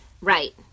right